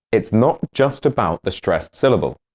it's not just about the stressed syllable.